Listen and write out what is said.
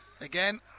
again